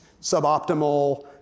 suboptimal